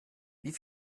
wie